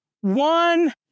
one